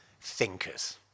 thinkers